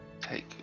Take